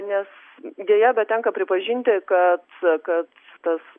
nes deja bet tenka pripažinti kad kad tas